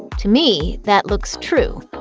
to me, that looks true.